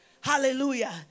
Hallelujah